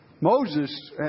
Moses